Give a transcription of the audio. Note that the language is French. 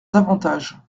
davantage